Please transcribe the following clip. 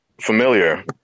familiar